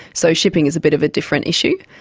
so shipping is a bit of a different issue.